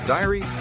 Diary